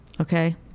Okay